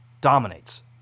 dominates